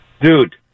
Dude